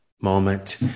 moment